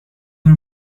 her